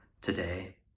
today